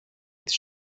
τις